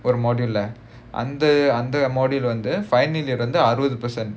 ஒரு:oru module leh அந்த அந்த:antha antha module வந்து:vanthu final year அறுவது:aruvathu percent